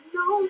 no